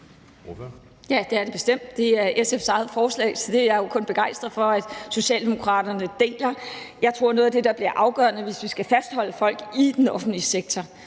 Ja, det er det bestemt. Det er SF's eget forslag, så det er jeg jo kun begejstret for at Socialdemokraterne deler. Jeg tror, at noget af det, der bliver afgørende, hvis vi skal fastholde folk i den offentlige sektor,